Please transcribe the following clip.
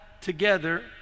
together